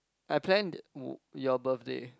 I planned u~ your birthday